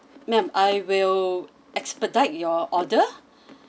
ma'am I will expedite your order